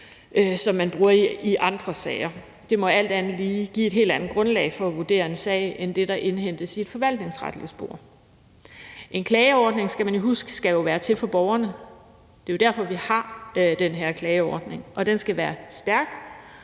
som man bruger i andre sager. Det må alt andet lige give et helt andet grundlag for at vurdere en sag end det, der indhentes i et forvaltningsretligt spor. En klageordning, skal man jo huske, skal være til for borgerne. Det er jo derfor, vi har den her klageordning. Den skal være stærk,